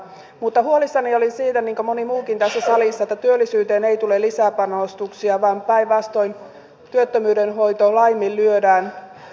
mutta huolissani olin siitä niin kuin moni muukin tässä salissa että työllisyyteen ei tule lisäpanostuksia vaan päinvastoin työttömyyden hoito laiminlyödään